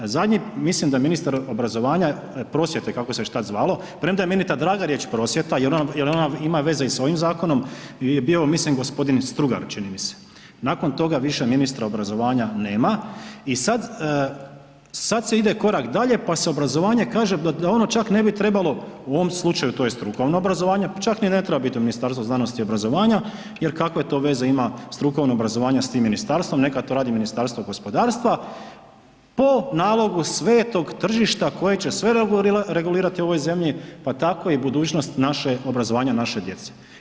Zadnji mislim da ministar obrazovanja, prosvjete kako se već tada zvalo, premda je meni ta draga riječ prosvjeta jel ona ima veze i s ovim zakonom, je bio mislim gospodin Strugar, čini mi se, nakon toga više ministra obrazovanja nema i sad, sad se ide korak dalje pa se obrazovanje kaže da ono čak ne bi trebalo u ovom slučaju to je strukovno obrazovanje, čak ni ne treba biti u Ministarstvu znanosti i obrazovanja, jer kakve to veze ima strukovno obrazovanje s tim ministarstvom neka to radi Ministarstvo gospodarstva, po nalogu svetog tržišta koje će sve regulirati u ovoj zemlji, pa tako i budućnost obrazovanja naše djece.